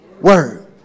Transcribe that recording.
word